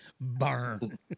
burn